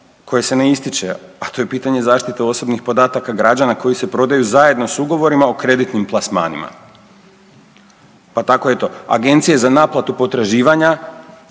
koje se ne ističe, a to je pitanje zaštite osobnih podataka građana koji se prodaju zajedno s ugovorima o kreditnim plasmanima. Pa tako eto, agencije za naplatu potraživanja